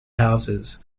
houses